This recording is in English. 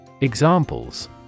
Examples